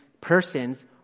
persons